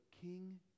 King